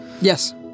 Yes